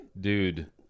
dude